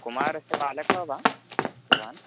कुमारस्य पालकः वा भवान्